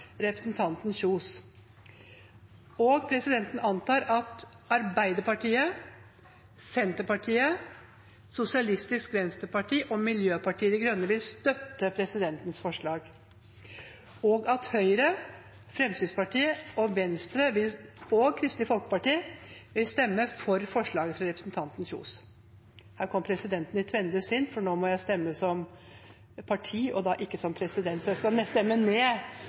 representanten Kari Kjønaas Kjos på vegne av Høyre, Fremskrittspartiet og Venstre. Presidenten antar at Arbeiderpartiet, Senterpartiet, Sosialistisk Venstreparti og Miljøpartiet De Grønne vil støtte presidentens forslag, og at Høyre, Fremskrittspartiet, Venstre og Kristelig Folkeparti vil stemme for forslaget fremmet av representanten Kari Kjønaas Kjos på vegne av Høyre, Fremskrittspartiet og Venstre. Her kom presidenten i tvende sinn, for nå må jeg stemme som partimedlem og ikke som president,